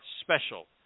special